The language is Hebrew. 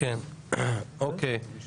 מטעם ועדת החוקה,